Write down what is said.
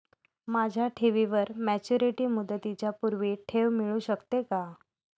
माझ्या ठेवीवर मॅच्युरिटी मुदतीच्या पूर्वी ठेव मिळू शकते का?